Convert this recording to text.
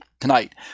tonight